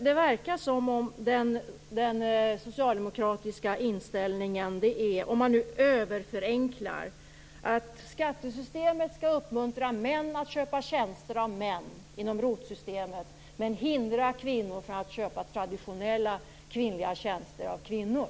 Det verkar som att det socialdemokratiska inställningen är - om jag förenklar - att skattesystemet skall uppmuntra män att köpa tjänster av män inom ROT systemet men hindra kvinnor från att köpa traditionella kvinnliga tjänster av kvinnor.